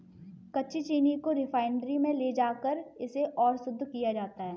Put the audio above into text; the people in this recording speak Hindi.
कच्ची चीनी को रिफाइनरी में ले जाकर इसे और शुद्ध किया जाता है